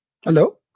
Hello